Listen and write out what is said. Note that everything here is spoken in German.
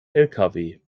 lkw